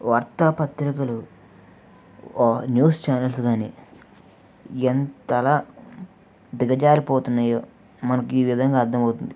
వార్తాపత్రికలు ఆ news channels కానీ ఎంతలా దిగజారిపోతున్నాయో మనకు ఈ విధంగా అర్థమవుతుంది